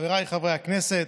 חבריי חברי הכנסת,